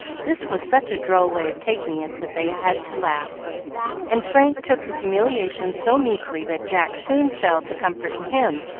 this was such a droll way of taking it, that they had to laugh and frank took his humiliation so meekly that jack soon fell to comforting him,